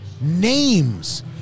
names